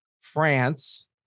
France